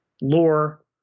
lore